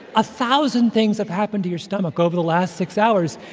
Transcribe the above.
a thousand things have happened to your stomach over the last six hours,